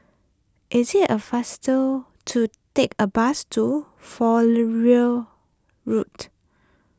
is it a faster to take a bus to Fowlie Road